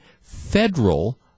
federal